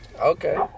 Okay